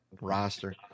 roster